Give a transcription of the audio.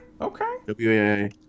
okay